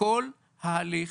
כל ההליך